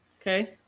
Okay